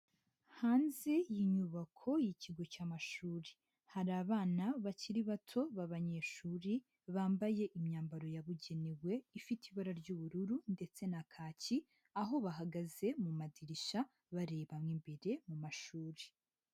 Hanze y'inyubako y'ikigo cy'amashuri hari abana bakiri bato b'abanyeshuri bambaye imyambaro yabugenewe ifite ibara ry'ubururu ndetse na kaki, aho bahagaze mu madirishya bareba mu imbere mu mashuri.